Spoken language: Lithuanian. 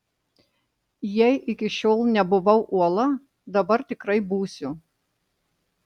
jei iki šiol nebuvau uola dabar tikrai būsiu